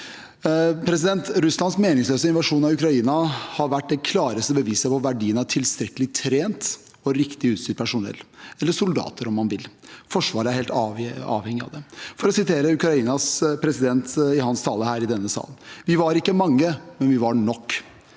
Russlands meningsløse invasjon av Ukraina har vært det klareste beviset på verdien av tilstrekkelig trent og riktig utstyrt personell – eller soldater, om man vil. Forsvaret er helt avhengig av dem. For å sitere Ukrainas president i hans tale her i denne salen: Vi var ikke mange, men vi var nok.